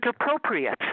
appropriate